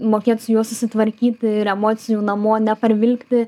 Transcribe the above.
mokėt su juo susitvarkyti ir emocijų namo neparvilkti